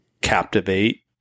captivate